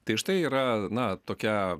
tai štai yra na tokia